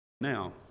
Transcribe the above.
Now